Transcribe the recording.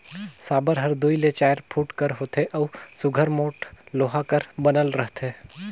साबर हर दूई ले चाएर फुट कर होथे अउ सुग्घर मोट लोहा कर बनल रहथे